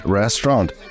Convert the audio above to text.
restaurant